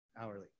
hourly